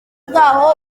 bw’aho